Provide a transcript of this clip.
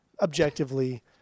Objectively